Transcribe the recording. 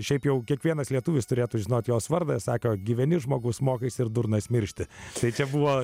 šiaip jau kiekvienas lietuvis turėtų žinoti jos vardą sako gyveni žmogus mokaisi ir durnas miršti tai čia buvo